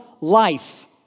life